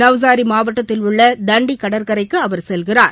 நவ்சாரி மாவட்டத்தில் உள்ள தண்டி கடற்கரைக்கு அவர் செல்கிறார்